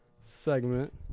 segment